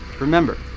Remember